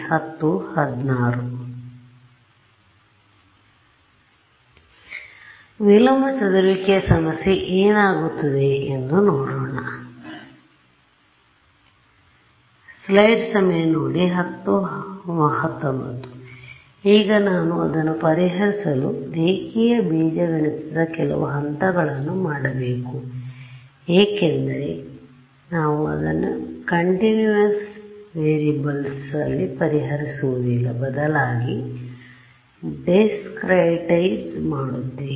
ಆದ್ದರಿಂದ ವಿಲೋಮ ಚದುರುವಿಕೆ ಸಮಸ್ಯೆ ಏನಾಗುತ್ತದೆ ಎಂದು ನೋಡೋಣ ಈಗ ನಾನು ಅದನ್ನು ಪರಿಹರಿಸಲು ರೇಖೀಯ ಬೀಜಗಣಿತದ ಕೆಲವು ಹಂತಗಳನ್ನು ಮಾಡಬೇಕು ಏಕೆಂದರೆ ನಾವು ಅದನ್ನು ಕಂಟಿನ್ಯುವಸ್ ವೇರಿಯೇಬಲ್ಸ್ ಲ್ಲಿ ಪರಿಹರಿಸುವುದಿಲ್ಲ ಬದಲಾಗಿ discretizeಡಿಸ್ಕ್ರೆಟೈಜ್ ಮಾಡುತ್ತೇವೆ